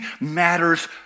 matters